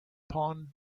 pond